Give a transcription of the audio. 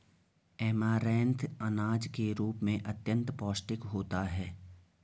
amaranth अनाज के रूप में अत्यंत पौष्टिक होता है